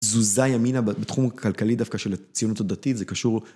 תזוזה ימינה בתחום הכלכלי דווקא של הציונות הדתית זה קשור.